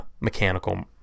mechanical